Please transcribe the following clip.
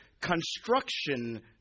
construction